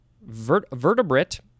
vertebrate